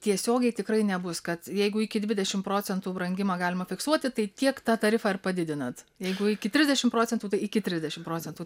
tiesiogiai tikrai nebus kad jeigu iki dvidešimt procentų brangimą galima fiksuoti tai tiek tą tarifą ir padidinat jeigu iki trisdešimt procentų iki trisdešimt procentų